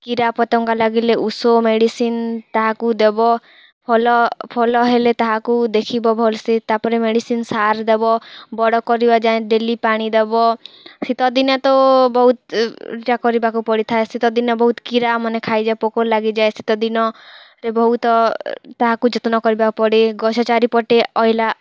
କିରାପତଙ୍ଗ ଲାଗିଲେ ଉସୋ ମେଡ଼ିସିନ୍ ତାହାକୁ ଦେବ ହଲଫଲ ହେଲେ ତାହାକୁ ଦେଖିବ ଭଲସେ ତା'ପରେ ମେଡ଼ିସିନ୍ ସାର ଦେବ ବଡ଼ କରିବା ଯାଏଁ ଡେଲି ପାଣି ଦେବ ଶୀତଦିନେ ତ ବହୁ ଏଇଟା କରିବାକୁ ପଡ଼ିଥାଏ ଶୀତଦିନେ ବହୁତ କିରାମାନେ ଖାଇଯାଏ ପୋକ ଲାଗିଯାଏ ଶୀତଦିନରେ ବହୁତ ତାହାକୁ ଯତ୍ନ କରିବାକୁ ପଡ଼େ ଗଛ ଚାରିପଟେ ଅହିଲା